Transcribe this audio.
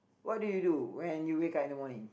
what do you do when you wake up in the morning